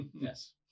Yes